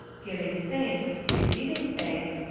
giving thanks, re ceiving thanks,